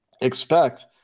expect